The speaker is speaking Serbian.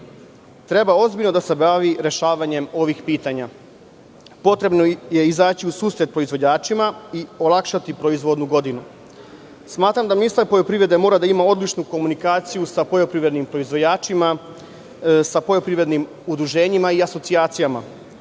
treba ozbiljno da se bavi rešavanjem ovih pitanja. Potrebno je izaći u susret proizvođačima i olakšati proizvodnu godinu. Smatram da ministar poljoprivrede mora da ima odličnu komunikaciju sa poljoprivrednim proizvođačima, sa poljoprivrednim udruženjima i asocijacijama.